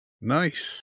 Nice